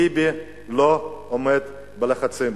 ביבי לא עומד בלחצים.